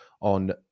on